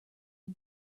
can